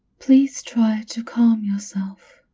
please try to calm yourself.